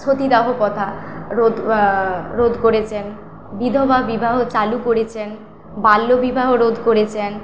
সতীদাহ প্রথা রোধ রোধ করেছেন বিধবাবিবাহ চালু করেছেন বাল্যবিবাহ রোধ করেছেন